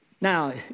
Now